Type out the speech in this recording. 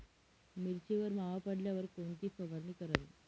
मिरचीवर मावा पडल्यावर कोणती फवारणी करावी?